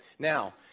Now